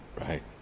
Right